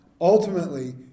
Ultimately